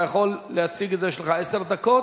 אתה יכול להציג את זה, יש לך עשר דקות,